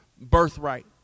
birthright